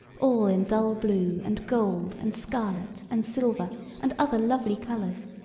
all in dull blue and gold and scarlet and silver and other lovely colors.